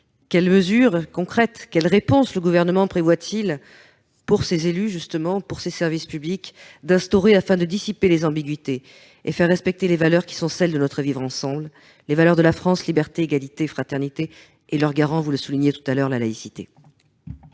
quelles mesures concrètes, quelles réponses le Gouvernement prévoit-il d'instaurer pour ces élus et ces services publics afin de dissiper les ambiguïtés et de faire respecter les valeurs qui sont celles de notre vivre ensemble, les valeurs de la France, liberté, égalité, fraternité et leur garant qui est, vous l'avez souligné, la laïcité ?